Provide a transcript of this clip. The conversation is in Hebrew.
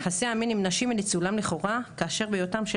יחסי המין עם נשים וניצולן לכאורה כאשר היותן של